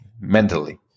mentally